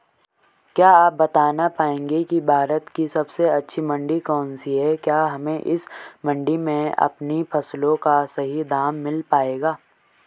क्या आप बताना पाएंगे कि भारत की सबसे अच्छी मंडी कौन सी है क्या हमें इस मंडी में अपनी फसलों का सही दाम मिल पायेगा?